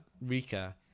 Rika